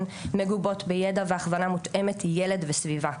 מגובות בידע והכוונה מותאמת ילד וסביבה.